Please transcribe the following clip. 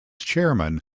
chairman